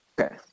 Okay